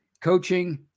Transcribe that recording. coaching